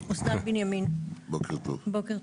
אסנת בנימין, בוקר טוב.